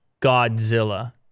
Godzilla